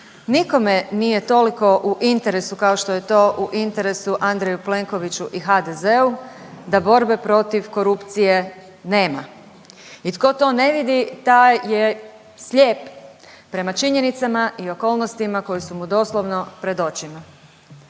Nikom nije toliko u interesu kao što je to u interesu Andreju Plenkoviću i HDZ-u da borbe protiv korupcije nema. I tko to ne vidi taj je slijep prema činjenicama i okolnostima koje su mu doslovno pred očima.